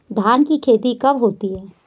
धान की खेती कब होती है?